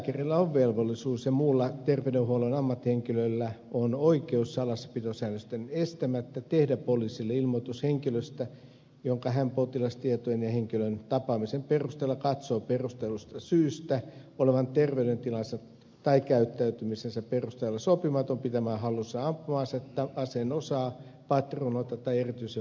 lääkärillä on velvollisuus ja muulla ter veydenhuollon ammattihenkilöllä on oikeus salassapitosäännösten estämättä tehdä poliisille ilmoitus henkilöstä jonka hän potilastietojen ja henkilön tapaamisen perusteella katsoo perustellusta syystä olevan terveydentilansa tai käyttäytymisensä perusteella sopimaton pitämään hallussaan ampuma asetta aseen osaa patruunoita tai erityisen vaarallisia ammuksia